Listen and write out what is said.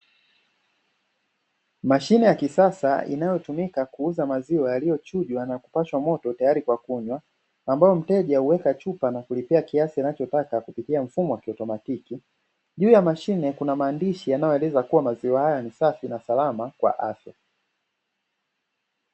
Mashine ya kisasa inayotumika kuuza maziwa yaliyochujwa na kupashwa moto, tayari kwa kunywa ambapo mteja huweka chupa na kulipia kiasi anachotaka kupitia mfumo wa kiautomatiki. Juu ya mashi, kuna maandishi yanayoeleza kuwa maziwa haya ni safi na salama kwa afya.